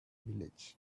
village